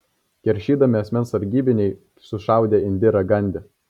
keršydami asmens sargybiniai sušaudė indirą gandi